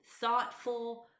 thoughtful